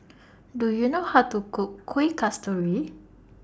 Do YOU know How to Cook Kuih Kasturi